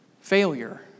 failure